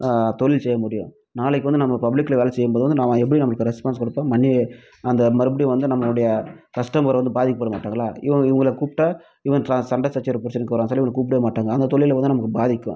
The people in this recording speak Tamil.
தொழில் செய்ய முடியும் நாளைக்கு வந்து நம்ம பப்ளிக்ல வேலை செய்யும் போது வந்து நாம் எப்படி நமக்கு ரெஸ்பான்ஸ் கொடுப்போம் மன்னி அந்த மறுபடியும் வந்து நம்மளுடைய கஸ்டமர் வந்து பாதிக்கப்படமாட்டாங்களா இவ இவங்கள கூப்பிட்டா இவன் சண்டை சச்சரவு பிரச்சனைக்கு வர்றான் சொல்லி இவனை கூப்பிடவே மாட்டாங்கள் அந்த தொழில் வந்து நமக்கு பாதிக்கும்